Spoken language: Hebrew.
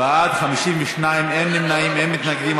בעד, 52, אין נמנעים, אין מתנגדים.